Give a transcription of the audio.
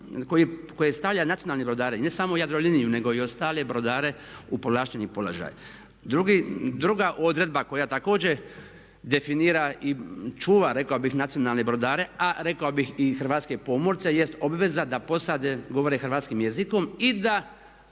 koje stavlja nacionalne brodare i ne samo Jadroliniju nego i ostale brodare u povlašteni položaj. Druga odredba koja također definira i čuva rekao bih nacionalne brodare a rekao bih i hrvatske pomorce jest obveza da posade govore hrvatskim jezikom i da